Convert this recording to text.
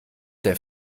der